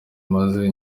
maze